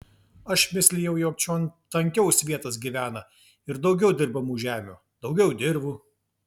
aš mislijau jog čion tankiau svietas gyvena ir daugiau dirbamų žemių daugiau dirvų